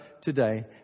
today